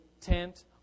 tent